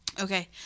okay